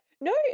no